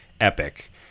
epic